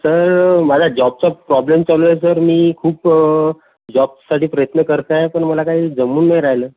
sir माझा जॉबचा problem चालू आहे सर मी खूप जॉबसाठी प्रयत्न करत आहे पण मला काही जमून नाही राहिलं